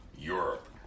Europe